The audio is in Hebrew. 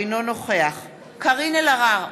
אינו נוכח קארין אלהרר,